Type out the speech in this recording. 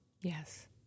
Yes